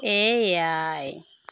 ᱮᱭᱟᱭ